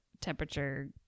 temperature